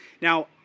Now